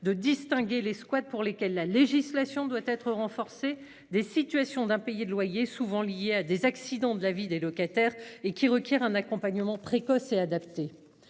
de distinguer les squats pour lesquels la législation doit être renforcée des situations d'impayés de loyers souvent liés à des accidents de la vie des locataires et qui requiert un accompagnement précoce et adaptée.